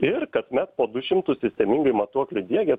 ir kasmet po du šimtus sistemingai matuoklių diegia